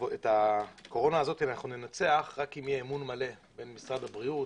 את הקורונה ננצח רק אם יהיה אמון מלא בין משרד הבריאות,